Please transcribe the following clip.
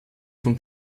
von